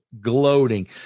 gloating